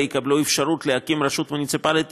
יקבלו אפשרות להקים רשות מוניציפלית נפרדת,